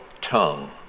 tongue